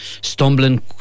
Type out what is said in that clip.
stumbling